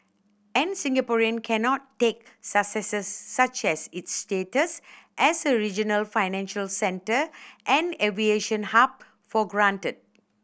and Singaporean cannot take successes such as its status as a regional financial centre and aviation hub for granted